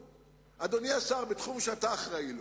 אדוני השר, בתחום שאתה אחראי לו,